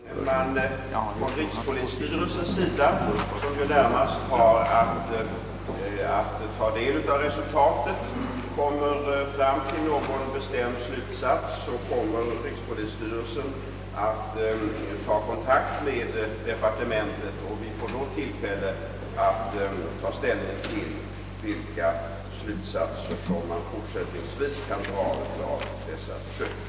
Herr talman! Som herr Westberg i Ljusdal sade har detta försök pågått så pass kort tid att några bestämda slutsatser ännu inte kan dras. I den mån rikspolisstyrelsen, som ju närmast har att ta del av resultatet, kommer fram till någon bestämd slutsats, så kommer rikspolisstyrelsen att ta kontakt med departementet. Vi får då tillfälle att ta ställning till vilka slutsatser man fortsättningsvis kan dra av dessa försök.